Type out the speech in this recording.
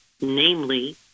namely